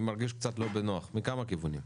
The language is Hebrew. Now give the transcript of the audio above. אני מרגיש קצת לא בנוח מכמה כיוונים.